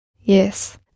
yes